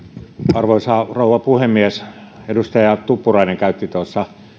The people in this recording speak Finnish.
arvoisa rouva puhemies edustaja tuppurainen käytti tuossa